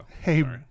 hey